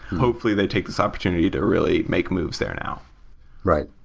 hopefully they take this opportunity to really make moves there now right.